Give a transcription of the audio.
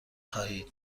خواهید